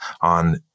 on